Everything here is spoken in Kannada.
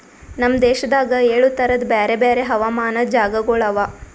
ನಮ್ ದೇಶದಾಗ್ ಏಳು ತರದ್ ಬ್ಯಾರೆ ಬ್ಯಾರೆ ಹವಾಮಾನದ್ ಜಾಗಗೊಳ್ ಅವಾ